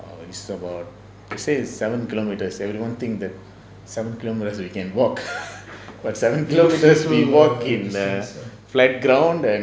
it's about they say it's seven kilometers seventy everyone thinks that seven kilometers we can walk but seven kilometres we walk in err flat ground and